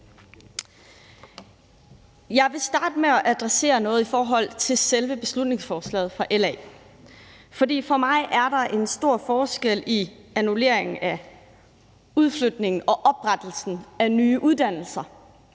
Jeg vil starte med at adressere noget i selve beslutningsforslaget fra LA, for for mig er der en stor forskel på annulleringen af udflytningen og oprettelsen af nye uddannelser